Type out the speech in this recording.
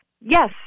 Yes